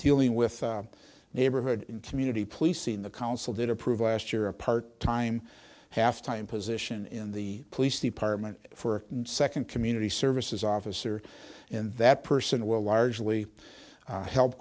dealing with neighborhood community policing the council did approve last year a part time half time position in the police department for a second community services officer and that person will largely